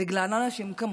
בגלל אנשים כמוכם,